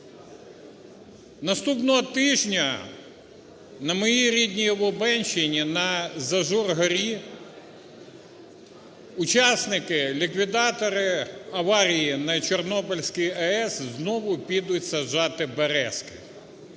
Наступного тижня на моїй рідній Лубенщині, на Зажур-горі учасники-ліквідатори аварії на Чорнобильській АЕС знову підуть саджати берізки.